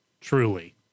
truly